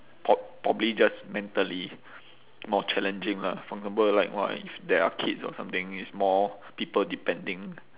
pro~ probably just mentally more challenging lah for example like !wah! if there are kids or something it's more people depending